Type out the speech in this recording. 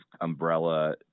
umbrella